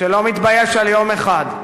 שלא מתבייש על יום אחד.